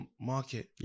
market